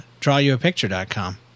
DrawYouAPicture.com